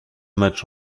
match